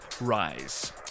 Rise